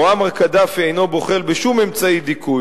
מועמר קדאפי אינו בוחל בשום אמצעי דיכוי.